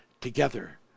together